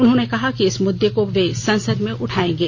उन्होंने कहा कि इस मुद्दे को वे संसद में उठाएंगे